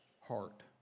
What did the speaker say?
heart